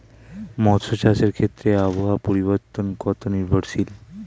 মৎস্য চাষের ক্ষেত্রে আবহাওয়া পরিবর্তন কত নির্ভরশীল?